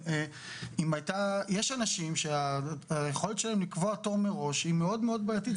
יש אנשים שהיכולת שלהם לקבוע תור מראש היא מאוד בעייתית,